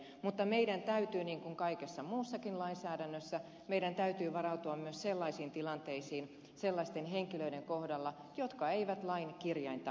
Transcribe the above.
mutta meidän täytyy niin kuin kaikessa muussakin lainsäädännössä varautua myös sellaisiin tilanteisiin sellaisten henkilöiden kohdalla jotka eivät lain kirjainta noudata